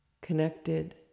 connected